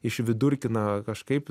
išvidurkina kažkaip